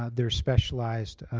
ah there's specialized